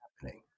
happening